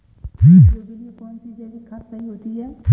सब्जियों के लिए कौन सी जैविक खाद सही होती है?